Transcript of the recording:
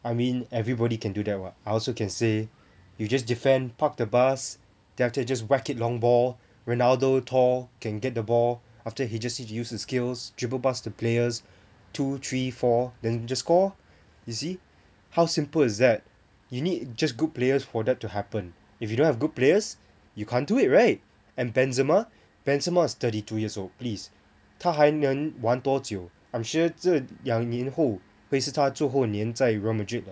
I mean everybody can do that [what] I also can say you just defend park the bus then after that just whack it long ball ronaldo tall can get the ball after that he just use his skills dribble pass to players two three four than just score orh you see how simple is that you need just good players for that to happen if you don't have good players you can't do it right and benzema benzema is thirty two years old please 他还能玩多久 I'm sure 这两年后会是他最后年在 Real Madrid 了